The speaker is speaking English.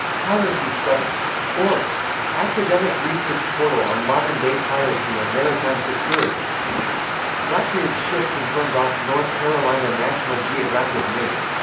piracy-studies org academic research portal on modern-day piracy and maritime security blackbeard's ship confirmed off north carolina national geographic news